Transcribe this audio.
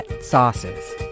sauces